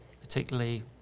particularly